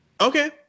Okay